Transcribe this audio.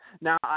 Now